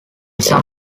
some